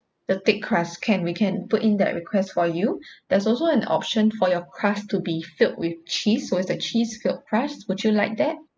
the thick crust can we can put in that requests for you there's also an option for your crust to be filled with cheese so it's the cheese filled crust would you like that